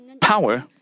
power